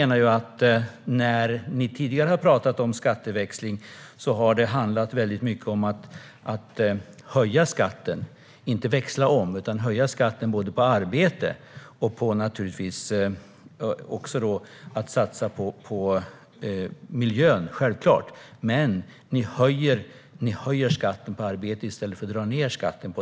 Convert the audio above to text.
När ni tidigare har talat om skatteväxling har det handlat mycket om att höja skatten - alltså inte växla om utan om att höja skatten på arbete och självklart satsa på miljön. Ni höjer skatten på arbete i stället för att dra ned den.